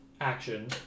action